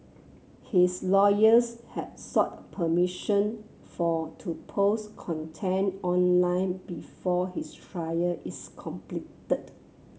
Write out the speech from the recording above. his lawyers had sought permission for to post content online before his trial is completed